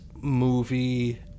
movie